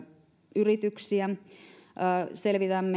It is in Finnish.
yrityksiä selvitämme